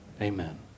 Amen